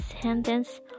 sentence